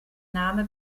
name